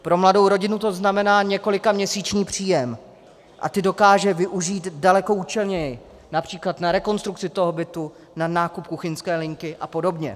Pro mladou rodinu to znamená několikaměsíční příjem a ten dokáže využít daleko účelněji, například na rekonstrukci bytu, na nákup kuchyňské linky a podobně.